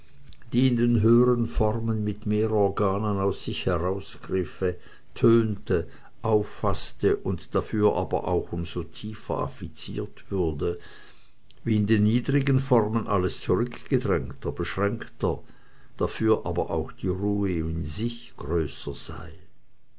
die in den höhern formen mit mehr organen aus sich herausgriffe tönte auffaßte und dafür aber auch um so tiefer affiziert würde wie in den niedrigen formen alles zurückgedrängter beschränkter dafür aber auch die ruhe in sich größer sei